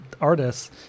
artists